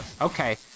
Okay